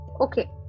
okay